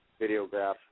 videograph